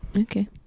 Okay